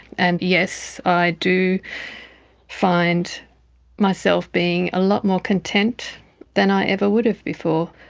and yes, i do find myself being a lot more content than i ever would have before.